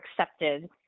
accepted